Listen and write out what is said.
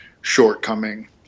shortcoming